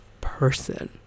person